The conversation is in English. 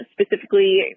Specifically